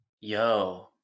Yo